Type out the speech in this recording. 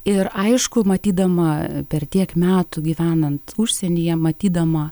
ir aišku matydama per tiek metų gyvenant užsienyje matydama